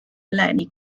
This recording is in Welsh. eleni